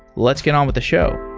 let's get on with the show.